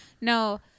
no